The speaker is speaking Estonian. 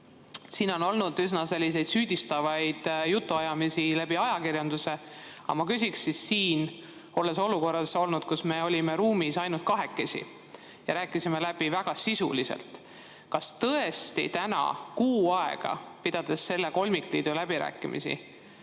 Siin on olnud üsna selliseid süüdistavaid jutuajamisi läbi ajakirjanduse. Aga ma küsiksin, olles olnud olukorras, kus me olime ruumis ainult kahekesi ja rääkisime läbi väga sisuliselt: kas täna, olles pidanud kuu aega selle kolmikliidu läbirääkimisi,